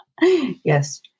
Yes